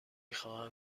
خواهم